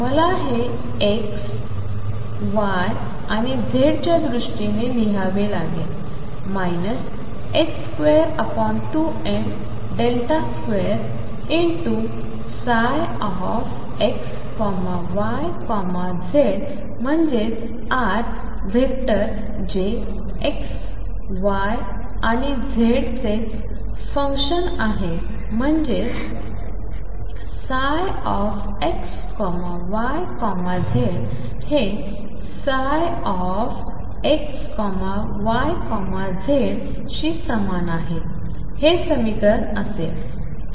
मला हे of x y आणि z च्या दृष्टीने लिहावे लागेल 22m2ψxyz म्हणजेच r वेक्टर जे x y आणि z चे फुंकशन आहे म्हणजेच ψxyz हे E ψxyz शी समान आहे हे समीकरण असेल